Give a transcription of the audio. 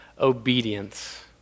obedience